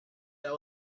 that